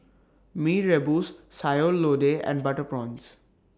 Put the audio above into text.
Mee Rebus Sayur Lodeh and Butter Prawns